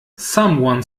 someone